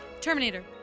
Terminator